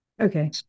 Okay